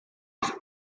his